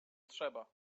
trzeba